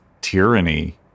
tyranny